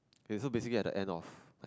okay so basically at the end of like